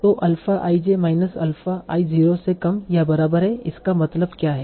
तो alpha i j minus alpha i 0 से कम या बराबर है इसका मतलब क्या है